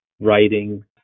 writing